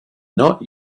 not